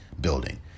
building